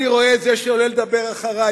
אני רואה את זה שעולה לדבר אחרי,